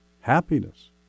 happiness